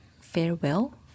Farewell